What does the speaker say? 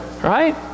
right